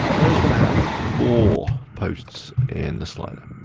but i just wanna have four posts in the slider.